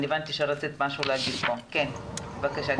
בבקשה.